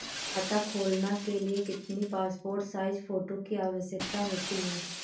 खाता खोलना के लिए कितनी पासपोर्ट साइज फोटो की आवश्यकता होती है?